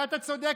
ואתה צודק,